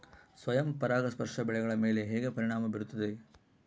ಸ್ವಯಂ ಪರಾಗಸ್ಪರ್ಶ ಬೆಳೆಗಳ ಮೇಲೆ ಹೇಗೆ ಪರಿಣಾಮ ಬೇರುತ್ತದೆ?